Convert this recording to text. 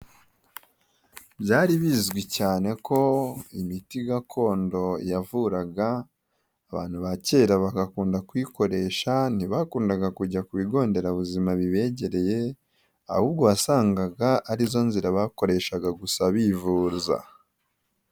Byari bizwi cyane ko imiti gakondo yavuraga abantu ba kera bagakunda kuyikoresha ntibakundaga kujya ku bigo nderabuzima bibegereye, ahubwo wasangaga ari zo nzira bakoreshaga gusa bivuza.